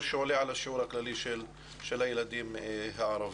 הכללי של הילדים הערבים.